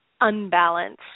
unbalanced